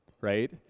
Right